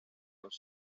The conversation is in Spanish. los